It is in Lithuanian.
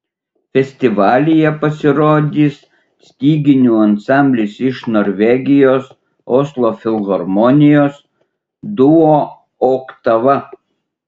festivalyje pasirodys styginių ansamblis iš norvegijos oslo filharmonijos duo oktava